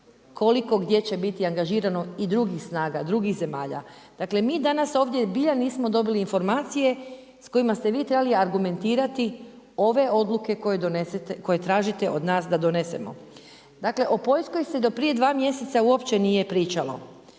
koliko gdje će biti angažirano i drugih snaga, drugih zemalja. Dakle, mi danas ovdje zbilja nismo dobili informacije sa kojima ste vi trebali argumentirati ove odluke koje tražite od nas da donesemo. Dakle o Poljskoj se do prije dva mjeseca uopće nije pričalo.